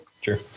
Sure